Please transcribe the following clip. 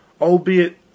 albeit